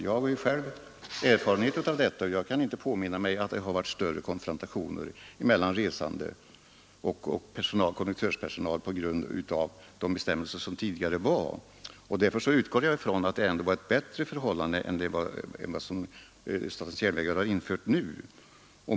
Jag har ju själv erfarenhet av detta, och jag kan inte påminna mig att det varit större konfrontationer mellan resande och konduktörspersonal på grund av de bestämmelser som tidigare gällde. Därför utgår jag från att förhållandet var bättre då än med den ordning som statens järnvägar nu har infört.